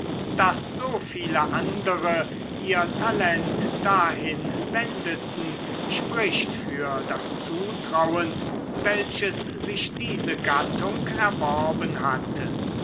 daß so viele andere ihr talent dahin wendeten spricht für das zutrauen welches sich diese gattung erworben hatte